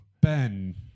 Ben